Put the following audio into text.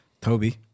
Toby